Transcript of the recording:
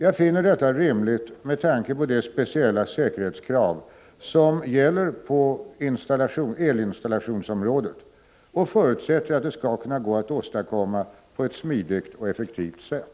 Jag finner detta rimligt med tanke på de speciella säkerhetskrav som gäller för elinstallationsområdet och förutsätter att det skall kunna gå att åstadkomma på ett smidigt och effektivt sätt.